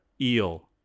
eel